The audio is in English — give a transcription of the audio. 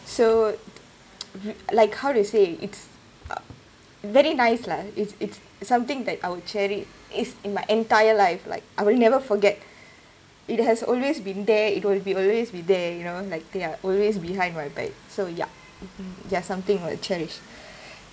so like how to say it's uh very nice lah it's it's something that I would cherish is in my entire life like I will never forget it has always been there it will be always be there you know like they are always behind my back so yup mm ya something I'll cherish